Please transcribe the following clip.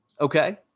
Okay